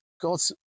God's